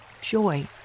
joy